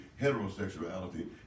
heterosexuality